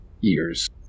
years